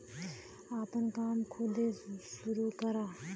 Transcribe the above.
आपन काम खुदे सुरू करा